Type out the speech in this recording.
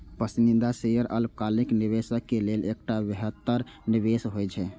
पसंदीदा शेयर अल्पकालिक निवेशक लेल एकटा बेहतर निवेश होइ छै